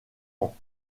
ans